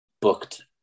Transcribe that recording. booked